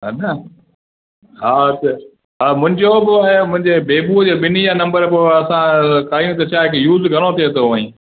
हन हा त हा मुंहिंजो पोइ ऐं मुंहिंजे बेबूअ जो ॿिन्हिनि जा नम्बर पोइ असां कयूं रिचार्ज यूज़ घणो थिए थो ऊअं ई